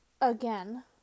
again